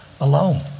alone